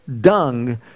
dung